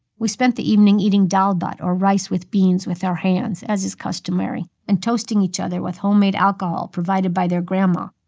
we spent the evening eating dal bhat, or rice with beans, with our hands, as is customary, and toasting each other with homemade alcohol provided by their grandma.